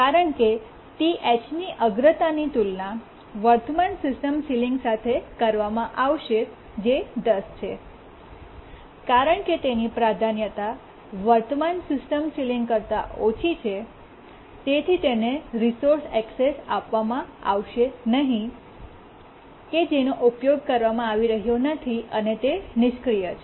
કારણ છે કે THની અગ્રતાની તુલના વર્તમાન સિસ્ટમ સીલીંગ સાથે કરવામાં આવશે જે 10 છે અને કારણ કે તેની પ્રાધાન્યતા વર્તમાન સિસ્ટમની સીલીંગ કરતા ઓછી છે તેથી તેને રિસોર્સને એક્સેસ આપવામાં આવશે નહીં કે જેનો ઉપયોગ કરવામાં આવી રહ્યો નથી અને તે નિષ્ક્રિય છે